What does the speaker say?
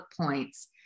points